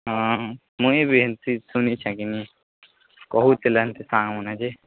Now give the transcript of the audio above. ହଁ ମୁଇଁ ବି ହେମ୍ତି ଶୁନିଛେ କିନି କହୁଥିଲେ ହେମ୍ତି ସାଙ୍ଗ ମାନେ ଯେ